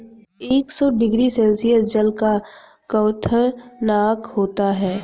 एक सौ degree Celsius जल का क्वथनांक होता है